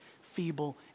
feeble